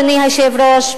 אדוני היושב-ראש,